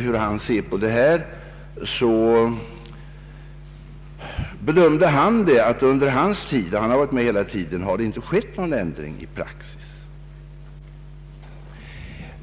hur han ser på det här. Han har varit med i nämnden från första stund, och enligt hans bedömning har det inte skett någon ändring i praxis.